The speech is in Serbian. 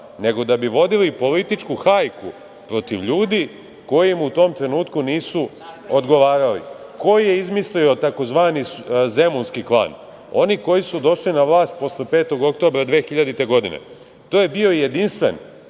nego da bi vodili političku hajku protiv ljudi koji im u tom trenutku nisu odgovarali. Ko je izmislio tzv. zemunski klan? Oni koji su došli na vlast posle 5. oktobra 2000. godine. To je bio jedinstven